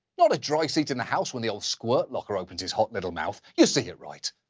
not a dry seat in the house when the old squirt locker opens his hot little mouth. you see it, right?